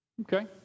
Okay